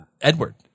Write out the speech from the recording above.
Edward